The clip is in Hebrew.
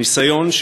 ניסיון,